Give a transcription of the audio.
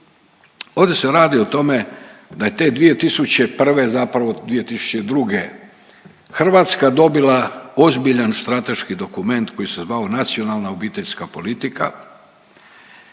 Ovdje se radi o tome da je te 2001. zapravo 2002. Hrvatska dobila ozbiljan strateški dokument koji se zvao Nacionalna obiteljska politika